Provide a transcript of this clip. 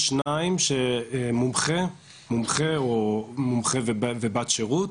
שניים - מומחה או מומחה ובת שירות